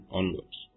onwards